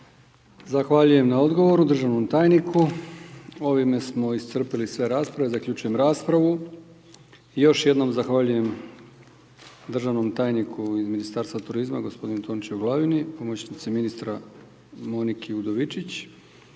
Zahvaljujem na odgovoru državnom tajniku, ovime smo iscrpili sve rasprave. Zaključujem raspravu. Još jednom zahvaljujem državnom tajniku iz Ministarstva turizma gospodinu Tončiju Glavini, pomoćnici ministra Moniki Udovičić